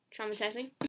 Traumatizing